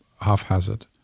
half-hazard